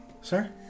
sir